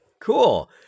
Cool